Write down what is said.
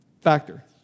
factor